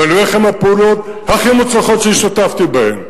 ואני אומר לכם: הפעולות הכי מוצלחות שהשתתפתי בהן,